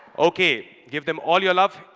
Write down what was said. ok. give them all your love.